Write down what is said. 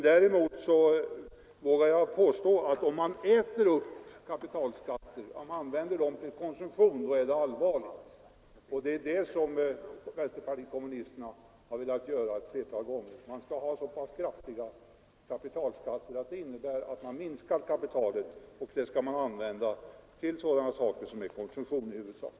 Däremot vågar jag påstå att om man äter upp kapitalskatter, om man använder dem till konsumtion, då är det allvarligt. Och det är det som vänsterpartiet kommunisterna har velat göra ett flertal gånger. Man vill ha så pass kraftiga kapitalskatter att det innebär att man minskar kapitalet, och pengarna skall man i stället använda till sådana saker som i huvudsak är konsumtion.